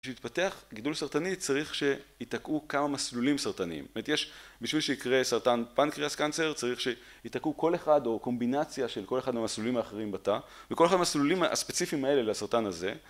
כשייתפתח גידול סרטני צריך שייתקעו כמה מסלולים סרטניים. יש בשביל שיקרה סרטן פנקריאס קנצר צריך שיתקעו כל אחד או קומבינציה של כל אחד המסלולים האחרים בתא וכל אחד המסלולים הספציפיים האלה לסרטן הזה